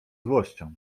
złością